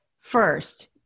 first